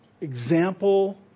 example